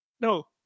no